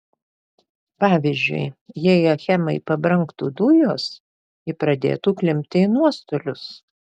pavyzdžiui jei achemai pabrangtų dujos ji pradėtų klimpti į nuostolius